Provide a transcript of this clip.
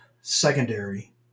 secondary